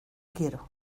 quiero